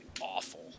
awful